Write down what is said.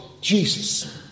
Jesus